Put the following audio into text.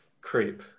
creep